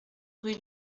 rue